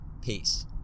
Peace